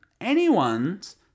anyone's